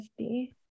50